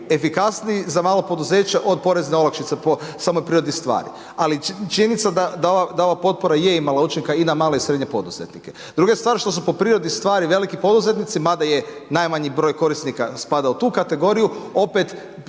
efikasniji za malo poduzeća od porezne olakšice po samoj prirodi stvari. Ali činjenica da ova potpora je imala učinka i na male i srednje poduzetnike. Druga je stvar što su po prirodi stvari veliki poduzetnici, mada je najmanji broj korisnika spada u tu kategoriju opet